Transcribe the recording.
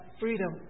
freedom